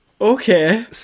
Okay